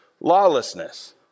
lawlessness